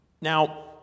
Now